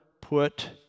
put